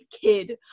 kid